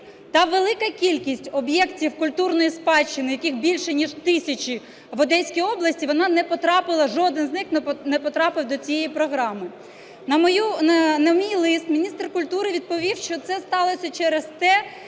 там велика кількість об'єктів культурної спадщини, яких більше ніж тисяча в Одеській області, вона не потрапила, жоден з них не потрапив до цієї програми. На мій лист міністр культури відповів, що це сталося через те,